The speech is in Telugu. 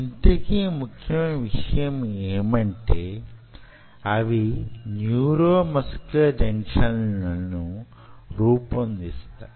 ఇంతకీ ముఖ్యమైన విషయం యేమంటే అవి న్యూరోమస్కులర్ జంక్షన్లను రూపొందిస్తాయి